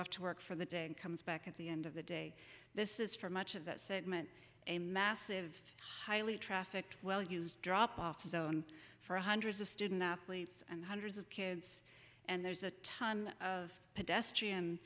off to work for the day and comes back at the end of the day this is for much of that segment a massive highly trafficked well used drop off zone for hundreds of student athletes and hundreds of kids and there's a ton of pedestrian